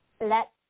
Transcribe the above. let